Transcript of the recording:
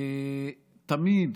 תמיד